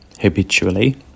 habitually